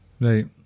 Right